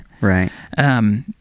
Right